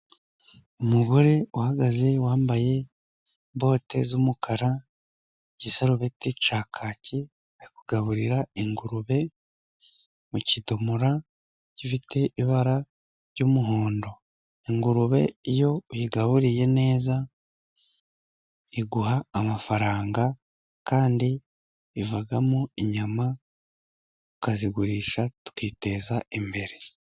Umugore uhagaze wambaye bote z'umukara, igisarubeti cya kaki, ari kugaburira ingurube mu kidomora gifite ibara ry'umuhondo, ingurube iyo uyigaburiye neza, iguha amafaranga, kandi ivamo inyama, tukazigurisha tukiteza imbere.